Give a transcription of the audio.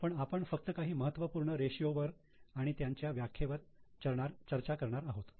पण आपण फक्त काही महत्त्वपूर्ण रेषीयो वर आणि त्यांच्या व्याख्येवर चर्चा करणार आहोत